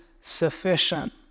sufficient